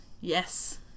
Yes